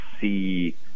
see –